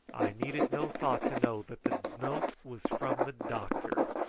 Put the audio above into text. i needed no thought to know that the note was from the doctor,